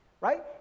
right